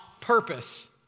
purpose